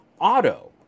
auto